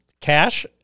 cash